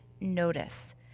notice